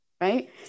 right